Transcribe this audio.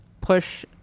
push